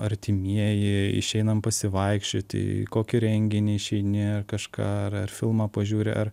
artimieji išeinam pasivaikščioti į kokį renginį išeini kažką arar filmą pažiūri ar